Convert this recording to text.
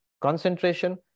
concentration